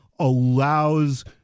allows